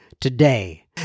today